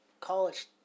college